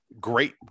great